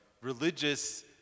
religious